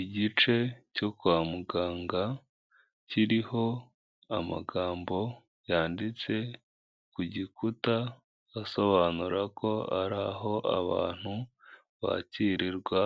Igice cyo kwa muganga kiriho amagambo yanditse ku gikuta asobanura ko ari aho abantu bakirirwa,